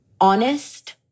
Honest